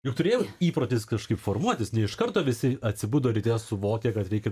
juk turėjo įprotis kažkaip formuotis ne iš karto visi atsibudo ryte suvokę kad reikia